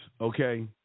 okay